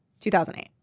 2008